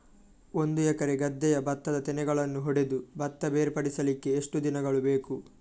ಒಂದು ಎಕರೆ ಗದ್ದೆಯ ಭತ್ತದ ತೆನೆಗಳನ್ನು ಹೊಡೆದು ಭತ್ತ ಬೇರ್ಪಡಿಸಲಿಕ್ಕೆ ಎಷ್ಟು ದಿನಗಳು ಬೇಕು?